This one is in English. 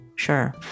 Sure